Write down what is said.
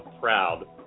proud